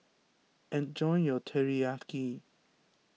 enjoy your Teriyaki